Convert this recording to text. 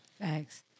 Thanks